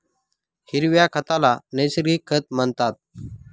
हिरव्या खताला नैसर्गिक खत म्हणतात